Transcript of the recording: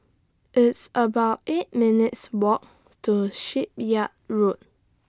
It's about eight minutes' Walk to Shipyard Road